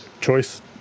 choice